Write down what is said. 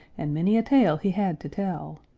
and many a tale he had to tell.